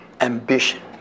ambition